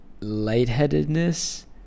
lightheadedness